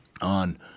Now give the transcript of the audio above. on